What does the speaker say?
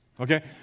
Okay